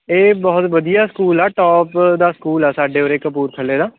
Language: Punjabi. ਇਹ ਬਹੁਤ ਵਧੀਆ ਸਕੂਲ ਆ ਟੋਪ ਦਾ ਸਕੂਲ ਆ ਸਾਡੇ ਉਰੇ ਕਪੂਰਥਲੇ ਦਾ